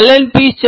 Allen piece